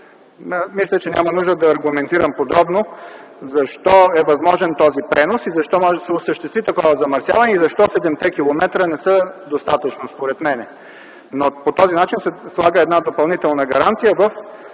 Мисля, че няма нужда да аргументирам подробно защо е възможен този пренос и защо може да се осъществи такова замърсяване, и защо 7-те км не са достатъчно, според мен. По този начин се слага една допълнителна гаранция в